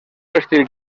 estil